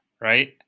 right